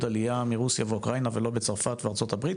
עלייה מרוסיה ואוקראינה ולא בצרפת וארצות הברית,